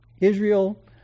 Israel